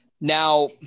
Now